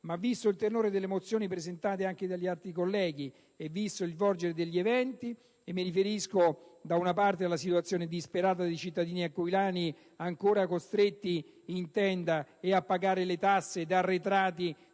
ma, visto il tenore delle mozioni presentate anche dagli altri colleghi ed il volgere degli eventi (e mi riferisco, da una parte, alla situazione disperata dei cittadini aquilani, ancora costretti in tenda e a pagare tasse ed arretrati